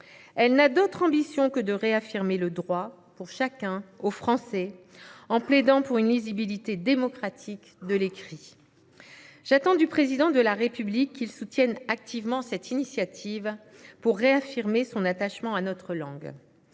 Elle n’a d’autre ambition que de réaffirmer le droit de chacun au français, en plaidant pour une lisibilité démocratique de l’écrit. J’attends du Président de la République qu’il soutienne activement cette initiative pour réaffirmer son attachement à notre langue.